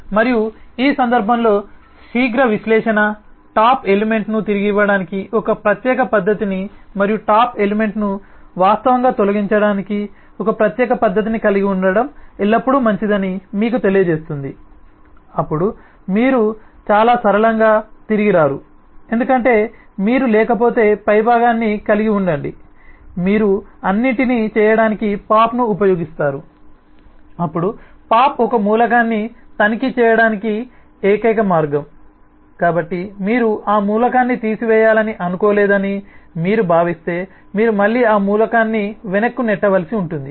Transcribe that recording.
మరియు ఈ సందర్భంలో శీఘ్ర విశ్లేషణ టాప్ ఎలిమెంట్ను తిరిగి ఇవ్వడానికి ఒక ప్రత్యేక పద్దతిని మరియు టాప్ ఎలిమెంట్ను వాస్తవంగా తొలగించడానికి ఒక ప్రత్యేక పద్ధతిని కలిగి ఉండటం ఎల్లప్పుడూ మంచిదని మీకు తెలియజేస్తుంది అప్పుడు మీరు చాలా సరళంగా తిరిగి రారు ఎందుకంటే మీరు లేకపోతే పైభాగాన్ని కలిగి ఉండండి మీరు అన్నింటినీ చేయడానికి పాప్ను ఉపయోగిస్తారు అప్పుడు పాప్ ఒక మూలకాన్ని తనిఖీ చేయడానికి ఏకైక మార్గం కాబట్టి మీరు ఈ మూలకాన్ని తీసివేయాలని అనుకోలేదని మీరు భావిస్తే మీరు మళ్ళీ ఈ మూలకాన్ని వెనక్కి నెట్టవలసి ఉంటుంది